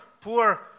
poor